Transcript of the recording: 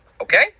okay